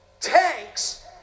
Tanks